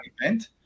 event